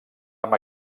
amb